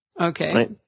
Okay